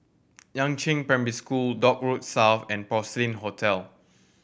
Yangzheng Primary School Dock Road South and Porcelain Hotel